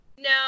No